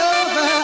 over